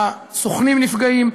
הסוכנים נפגעים,